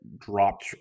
dropped